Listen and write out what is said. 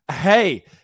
Hey